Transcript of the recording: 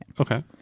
Okay